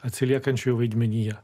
atsiliekančiųjų vaidmenyje